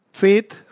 faith